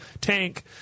tank